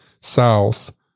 south